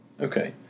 Okay